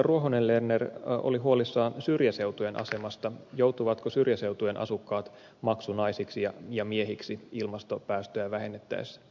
ruohonen lerner oli huolissaan syrjäseutujen asemasta joutuvatko syrjäseutujen asukkaat maksunaisiksi ja miehiksi ilmastopäästöjä vähennettäessä